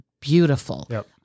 beautiful